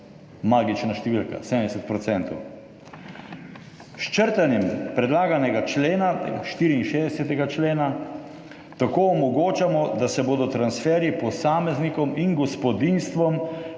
Magična številka, 70 %. S črtanjem predlaganega člena, 64. člena, tako omogočamo, da se bodo transferji posameznikom in gospodinjstvom